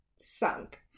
Sunk